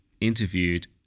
interviewed